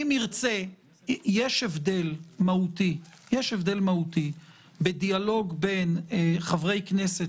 יש הבדל מהותי בדיאלוג בין חברי כנסת